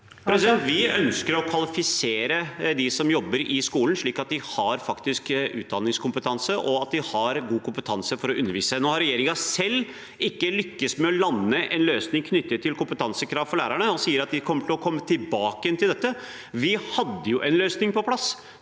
Vi ønsker å kvalifisere dem som jobber i skolen, slik at de har faktisk utdanningskompetanse og god kompetanse for å undervise. Regjeringen har ikke selv lyktes med å lande en løsning knyttet til kompetansekrav for lærerne og sier at de vil komme tilbake til dette. Vi hadde en løsning på plass.